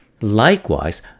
Likewise